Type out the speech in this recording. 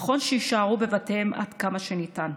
נכון שיישארו בבתיהם עד כמה שניתן.